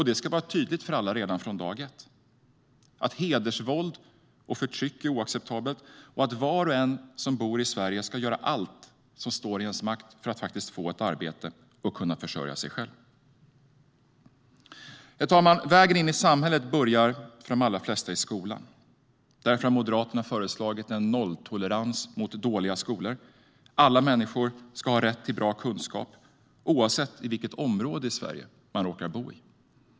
Det ska vara tydligt för alla redan från dag ett att hedersvåld och förtryck är oacceptabelt och att var och en som bor i Sverige ska göra allt som står i ens makt för att faktiskt få ett arbete och kunna försörja sig själv. Herr talman! Vägen in i samhället börjar för de allra flesta i skolan. Därför har Moderaterna föreslagit en nolltolerans mot dåliga skolor. Alla människor ska ha rätt till bra kunskap, oavsett i vilket område i Sverige de råkar bo.